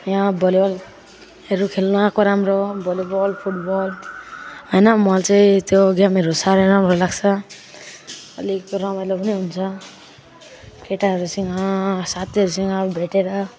यहाँ भलिबलहरू खेल्नु आएको राम्रो भलिबल फुटबल होइन म चाहिँ त्यो गेमहरू साह्रै राम्रो लाग्छ अलिक रमाइलो पनि हुन्छ केटाहरूसँग साथीहरूसँग भेटेर